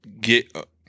get